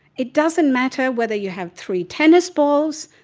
it doesn't matter whether you have three tennis balls,